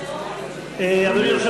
אדוני יושב,